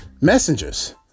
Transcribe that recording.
messengers